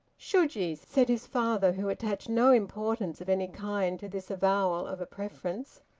should ye? said his father, who attached no importance of any kind to this avowal of a preference.